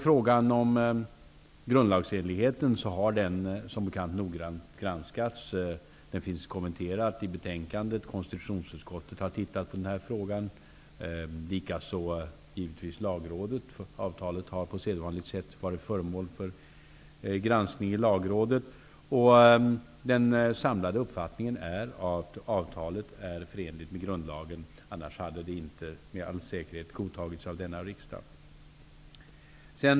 Frågan om grundlagsenligheten har, som bekant, noga granskats. Den finns kommenterad i ett betänkande. Konstitutionsutskottet har alltså tittat på frågan. Likaså har lagrådet tittat på den. Avtalet har alltså på sedvanligt sätt varit föremål för granskning i lagrådet. Den samlade uppfattningen är att avtalet är förenligt med grundlagen. Annars skulle det med all sannolikhet inte ha godtagits av denna riksdag.